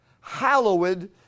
hallowed